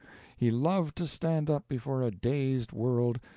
he loved to stand up before a dazed world,